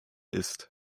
ist